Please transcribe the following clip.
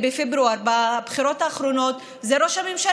בפברואר בבחירות האחרונות זה ראש הממשלה,